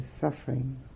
suffering